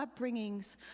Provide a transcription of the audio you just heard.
upbringings